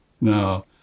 No